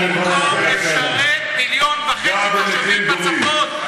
אתם משרתים 30 משפחות במקום לשרת 1.5 מיליון תושבים בצפון.